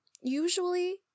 Usually